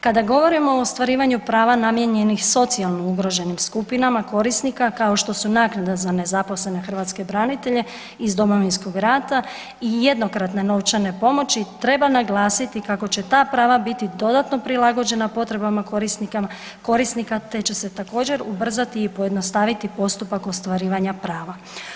Kada govorimo o ostvarivanju prava namijenjenih socijalno ugroženim skupinama korisnika kao što su naknada za nezaposlene hrvatske branitelje iz Domovinskog rata i jednokratne novčane pomoći, treba naglasiti kako će ta prava biti dodatno prilagođena potrebama korisnika te će se također ubrzati i pojednostaviti postupak ostvarivanja prava.